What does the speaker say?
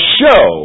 show